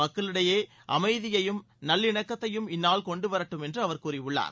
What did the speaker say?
மக்களிடையே அமைதியையும் நல்லிணக்கத்தையும் இந்நாள் கொண்டுவரட்டும் என்று அவர் கூறியுள்ளார்